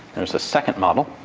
there's a second model,